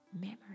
memory